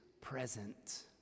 present